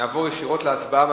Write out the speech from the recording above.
ישירות להצבעה.